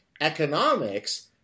economics